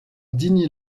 digne